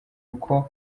uko